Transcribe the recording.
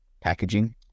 packaging